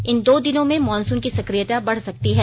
इन दो दिनों में मॉनसून की सक्रियता बढ़ सकती है